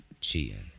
cheating